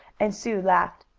and sue laughed.